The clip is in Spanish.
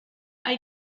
hay